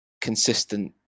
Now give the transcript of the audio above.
consistent